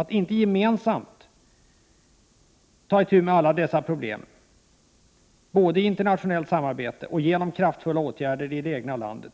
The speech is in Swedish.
Att inte gemensamt ta itu med alla dessa problem, både i internationellt samarbete och genom kraftfulla åtgärder i det egna landet,